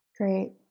Great